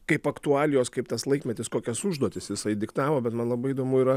kaip aktualijos kaip tas laikmetis kokias užduotis jisai diktavo bet man labai įdomu yra